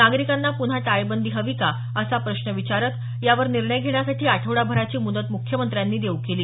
नागरिकांना पुन्हा टाळेबंदी हवी का असा प्रश्न विचारत यावर निर्णय घेण्यासाठी आठवडाभराची मुदत मुख्यमंत्र्यांनी देऊ केली